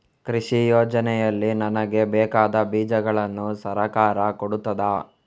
ಕೃಷಿ ಯೋಜನೆಯಲ್ಲಿ ನನಗೆ ಬೇಕಾದ ಬೀಜಗಳನ್ನು ಸರಕಾರ ಕೊಡುತ್ತದಾ?